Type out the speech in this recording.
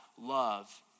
love